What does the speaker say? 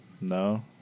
No